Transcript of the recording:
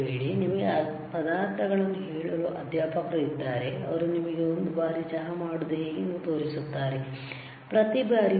ನಿಮಗೆ ಪದಾರ್ಥಗಳನ್ನು ಹೇಳಲು ಅಧ್ಯಾಪಕರು ಇದ್ದಾರೆ ಅವರು ನಿಮಗೆ ಒಂದು ಬಾರಿ ಚಹಾ ಮಾಡುವುದು ಹೇಗೆಂದು ತೋರಿಸುತ್ತಾರೆ ಪ್ರತಿ ಬಾರಿಯೂ ಅಲ್ಲ